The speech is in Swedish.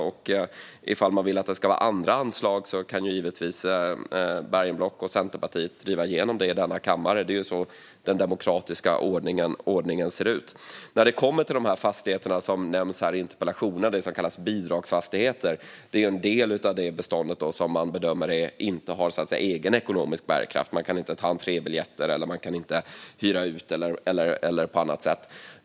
Om man vill ha andra anslag kan givetvis Bergenblock och Centerpartiet driva igenom det i denna kammare. Det är så den demokratiska ordningen ser ut. När det kommer till sådana fastigheter som nämns i interpellationen, så kallade bidragsfastigheter, är de en del av det bestånd som man bedömer inte har egen ekonomisk bärkraft. Man kan inte sälja entrébiljetter eller hyra ut.